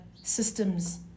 systems